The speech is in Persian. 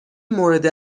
مورد